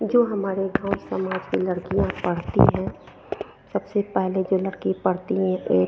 जो हमारे गाँव समाज की लड़कियाँ पढ़ती हैं सबसे पहले जो लड़की पढ़ती है एक